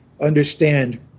understand